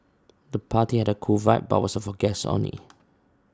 the party had a cool vibe but was for guests only